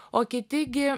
o kiti gi